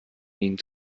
ihnen